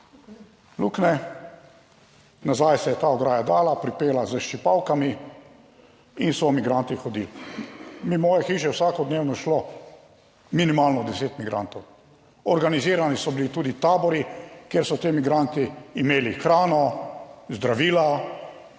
luknje, nazaj se je ta ograja dala, pripela s ščipalkami in so migranti hodili. Mimo moje hiše je vsakodnevno šlo minimalno deset migrantov. Organizirani so bili tudi tabori, kjer so ti migranti imeli hrano, zdravila,